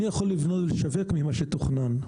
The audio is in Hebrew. אני יכול לשווק ממה שתוכנן.